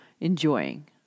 enjoying